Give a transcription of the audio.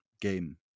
game